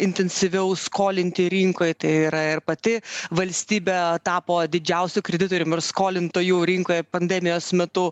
intensyviau skolinti rinkoj tai yra ir pati valstybė tapo didžiausiu kreditorium ir skolintoju rinkoje pandemijos metu